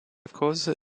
cause